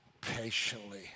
patiently